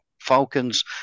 Falcons